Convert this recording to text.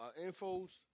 infos